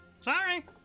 sorry